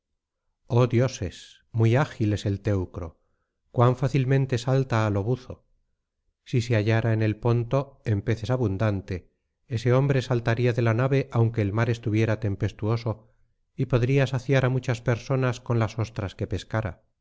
oh dioses muy ágil es el teucro cuan fácilmente salta á lo buzo si se hallara en el ponto en peces abundante ese hombre saltaría de la nave aunque el mar estuviera tempestuoso y podría saciar á muchas personas con las ostras que pescara